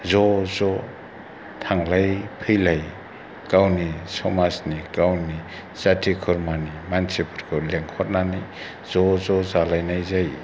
ज' ज' थांलाय फैलाय गावनि समाजनि गावनि जाथि खुरमानि मानसिफोरखौ लेंहरनानै ज' ज' जालायनाय जायो